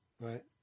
right